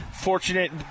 Fortunate